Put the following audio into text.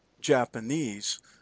Japanese